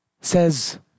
Says